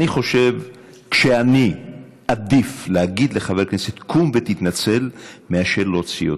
אני חושב שאני מעדיף להגיד לחבר כנסת "קום ותתנצל" מאשר להוציא אותו.